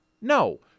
No